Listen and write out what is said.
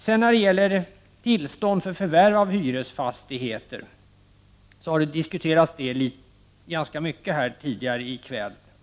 Frågan om tillstånd för förvärv av hyresfastigheter har diskuterats ganska mycket tidigare i kväll.